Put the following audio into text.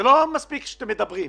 לא מספיק שמדברים.